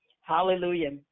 Hallelujah